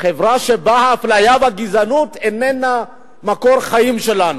חברה שבה האפליה והגזענות אינן מקור חיים שלנו.